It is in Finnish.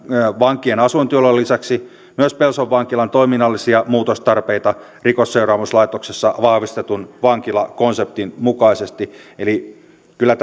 vankien asuintilojen lisäksi myös pelson vankilan toiminnallisia muutostarpeita rikosseuraamuslaitoksessa vahvistetun vankilakonseptin mukaisesti eli kyllä